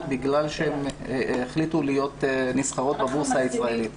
בגלל שהן החליטו להיות נסחרות בבורסה הישראלית.